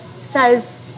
says